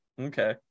Okay